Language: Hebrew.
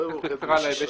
אתייחס בקצרה להיבט המשפטי.